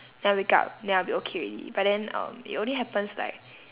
then I wake up then I will be okay already but then um it only happens like